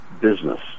business